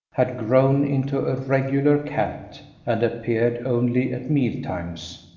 had grown into a regular cat and appeared only at mealtimes,